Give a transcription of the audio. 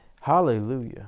hallelujah